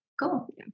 Cool